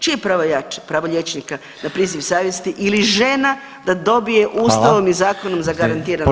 Čije je pravo jače, pravo liječnika na priziv savjesti ili žena da dobije ustavnom i zakonom zagarantirano pravo?